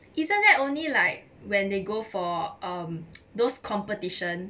isn't that only like when they go for those um competition